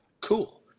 Cool